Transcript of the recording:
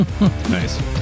Nice